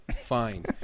Fine